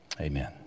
Amen